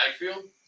backfield